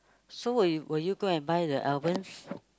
so will will you go and buy the albums